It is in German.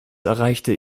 erreichte